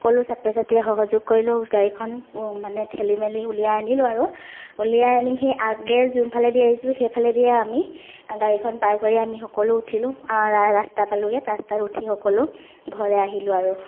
সকলো ছাত্ৰ ছাত্ৰীয়ে সহযোগ কৰিলো গাড়ীখন মানে ঠেলি মেলি উলিয়াই আনিলো আৰু উলিয়াই আনি আগে যোনফালেদি আহিছিলো সেই ফালেদিয়ে আমি গাড়ীখন পাৰ কৰি আমি সকলো উঠিলো ৰাস্তা পালোগৈ ৰাস্তাত উঠি সকলো ঘৰলৈ আহিলো আৰু